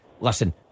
listen